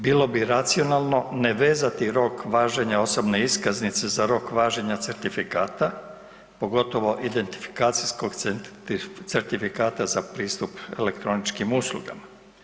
Bilo bi racionalno ne vezati rok važenja osobne iskaznice za rok važenja certifikata, pogotovo identifikacijskog certifikata za pristup elektroničkim uslugama.